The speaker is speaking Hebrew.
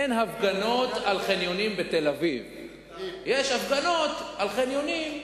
אחר כך יגידו, אין הפגנות על חניונים בתל-אביב.